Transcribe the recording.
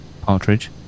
partridge